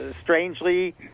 strangely